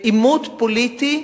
בעימות פוליטי.